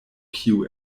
kiu